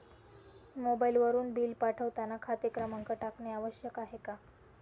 मोबाईलवरून बिल पाठवताना खाते क्रमांक टाकणे आवश्यक आहे का?